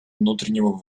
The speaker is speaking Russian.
внутреннего